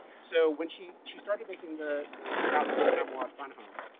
so when she she started making the the graphic memoir, fun home,